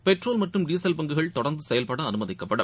petrol மற்றும் diesel பங்குகள் தொடர்ந்து செயல்பட அனுமதிக்கப்படும்